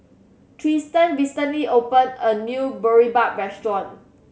Tristan recently opened a new Boribap restaurant